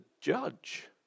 judge